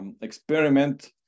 experiment